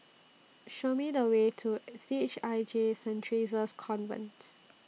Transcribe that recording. Show Me The Way to C H I J Saint Theresa's Convent